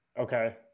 Okay